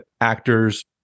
actors